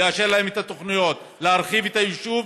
נאשר להם את התוכניות להרחיב את היישוב,